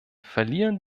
verlieren